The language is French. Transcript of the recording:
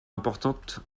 importante